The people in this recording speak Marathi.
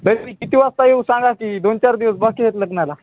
बरं किती वाजता येऊ सांगा की दोन चार दिवस बाकी आहेत लग्नाला